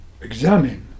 examine